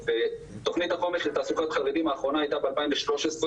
תכנית החומש לתעסוקת חרדים האחרונה הייתה ב-2013,